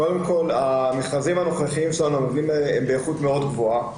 קודם כל המכרזים הנוכחיים שלנו הם באיכות מאוד גבוהה.